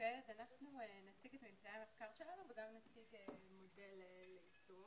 אנחנו נציג את ממצאי המחקר שלנו וגם נציג מודל ליישום.